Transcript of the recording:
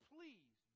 Please